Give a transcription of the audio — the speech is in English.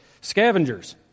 scavengers